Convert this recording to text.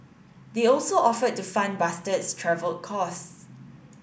they also offered to fund Bastard's travel costs